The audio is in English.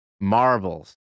marbles